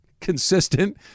consistent